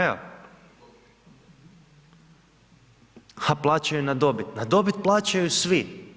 Evo, a plaćaju na dobit, na dobit plaćaju svi.